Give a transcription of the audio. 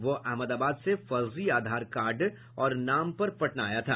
वह अहमदाबाद से फर्जी आधार कार्ड और नाम पर पटना आया था